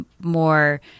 more